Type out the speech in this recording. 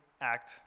act